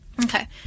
Okay